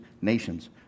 nations